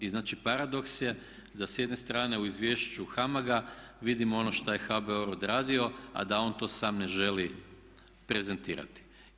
I znači paradoks je da s jedne strane u izvješću HAMAG-a vidimo ono što je HBOR odradio a da on to sam ne želi prezentirati.